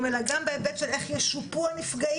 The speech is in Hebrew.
אלא גם בהיבט של איך ישופו הנפגעים.